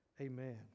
Amen